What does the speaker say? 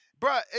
Bruh